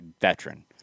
Veteran